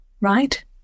right